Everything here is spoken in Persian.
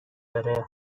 داره